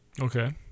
Okay